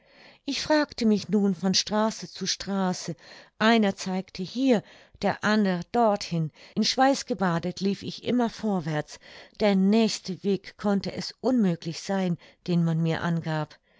ich fragte mich nun von straße zu straße einer zeigte hier der ander dorthin in schweiß gebadet lief ich immer vorwärts der nächste weg konnte es unmöglich sein den man mir angab